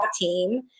team